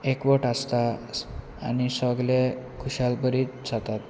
एकवट आसता आनी सगळे खुशाल बरीत जातात